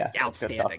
outstanding